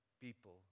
people